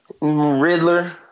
Riddler